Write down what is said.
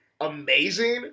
amazing